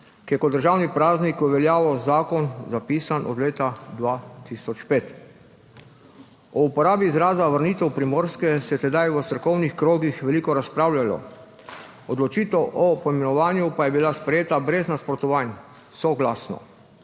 ki je kot državni praznik v veljavni zakon zapisan od leta 2005. O uporabi izraza vrnitev Primorske se je tedaj v strokovnih krogih veliko razpravljalo, odločitev o poimenovanju pa je bila sprejeta brez nasprotovanj, soglasno.